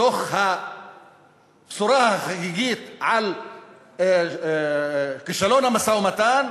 בתוך הבשורה החגיגית על כישלון המשא-ומתן